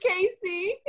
casey